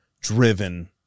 driven